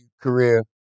career